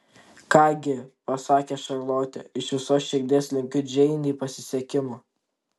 ką gi pasakė šarlotė iš visos širdies linkiu džeinei pasisekimo